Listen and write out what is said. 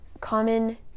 common